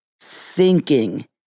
sinking